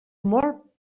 molt